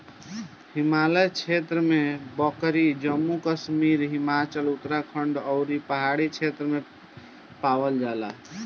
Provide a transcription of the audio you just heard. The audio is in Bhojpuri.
हिमालय क्षेत्र में बकरी जम्मू कश्मीर, हिमाचल, उत्तराखंड अउरी पहाड़ी क्षेत्र में पावल जाले